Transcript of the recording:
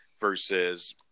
versus